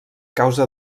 causa